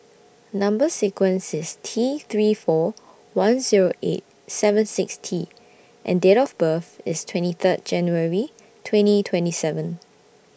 Number sequence IS T three four one Zero eight seven six T and Date of birth IS twenty Third January twenty twenty seven